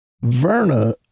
Verna